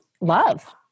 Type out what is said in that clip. love